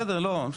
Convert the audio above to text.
בסדר, לא.